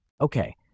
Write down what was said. Okay